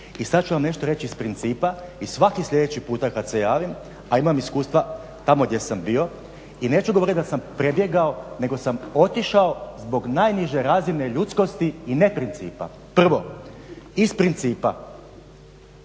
I sada ću vam nešto reći iz principa i svaki sljedeći puta kada se javim, a imam iskustva tamo gdje sam bio i neću govoriti da sam prebjegao nego sam otišao zbog najniže razine ljudskosti i ne principa. Prvo, iz principa,